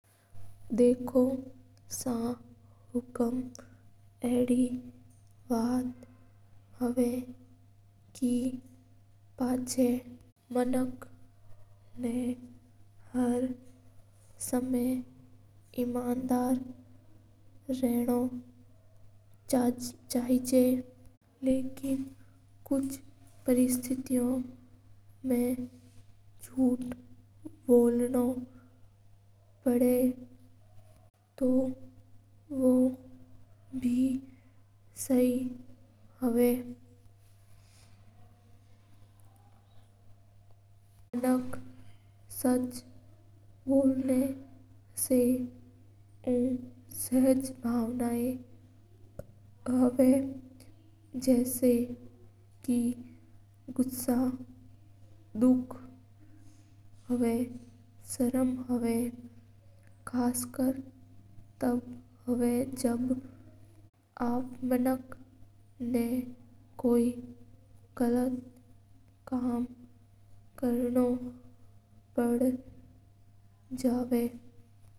देखो सा हुकूम अडी बात हवां के मना ना हर परिस्थिति में सच्चा बोलणो जोई जां पर कदी-कदी जूठ ब बोलणो पड़े हा। मनक जूठ बोलां जाण जायड़ तांर तो गुसा आवां और मेनस्ट्रीम रावा जण पाटौ चाल जावां का मनक जूठ बोलां हा।